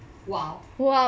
!wow!